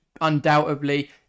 Undoubtedly